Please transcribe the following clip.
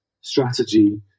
strategy